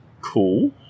cool